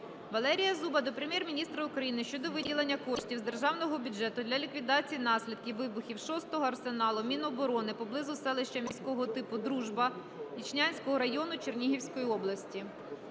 Валерія Зуба до Прем'єр-міністра України щодо виділення коштів з державного бюджету для ліквідації наслідків вибухів 6-го арсеналу Міноборони поблизу селища міського типу Дружба Ічнянського району Чернігівської області.